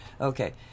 Okay